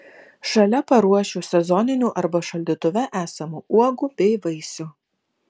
šalia paruošiu sezoninių arba šaldytuve esamų uogų bei vaisių